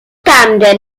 camden